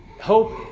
hope